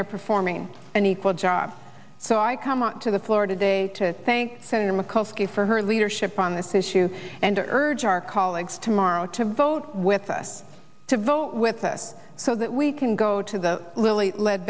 they're performing an equal job so i come on to the floor today to thank senator macos ok for her leadership on this issue and urge our colleagues tomorrow to vote with us to vote with us so that we can go to the lilly